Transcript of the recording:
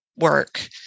work